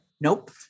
Nope